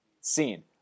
scene